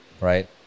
right